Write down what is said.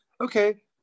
okay